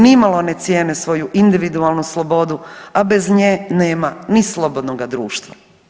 Nimalo ne cijene svoju individualnu slobodu, a bez nje nema ni slobodnoga društva.